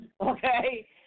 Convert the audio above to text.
Okay